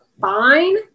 fine